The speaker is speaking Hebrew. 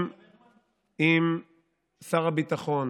אם שר הביטחון